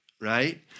right